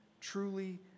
truly